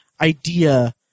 idea